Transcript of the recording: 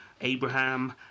Abraham